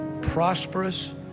prosperous